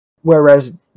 Whereas